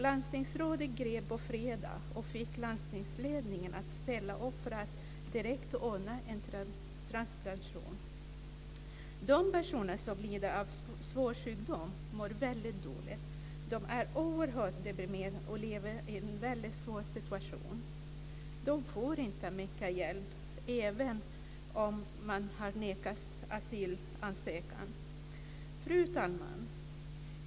Landstingsrådet grep in på fredagen och fick landstingsledningen att ställa upp för att direkt ordna en transplantation. De personer som lider av svåra symtom mår väldigt dåligt. De är oerhört deprimerade och lever i en väldigt svår situation. De får inte mycket hjälp. Det gäller även om de har nekats asyl. Fru talman!